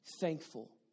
thankful